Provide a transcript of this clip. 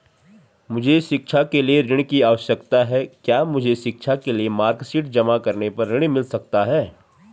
मुझे शिक्षा के लिए ऋण की आवश्यकता है क्या मुझे शिक्षा के लिए मार्कशीट जमा करने पर ऋण मिल सकता है?